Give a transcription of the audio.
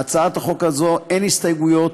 להצעת החוק הזאת אין הסתייגויות,